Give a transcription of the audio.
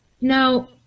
now